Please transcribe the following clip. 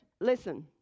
Listen